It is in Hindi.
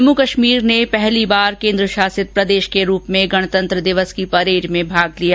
जम्मूकश्मीर ने पहली बार केन्द्र शासित प्रदेश के रूप में गणतंत्र दिवस की परेड में भाग लिया